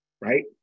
right